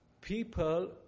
people